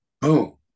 boom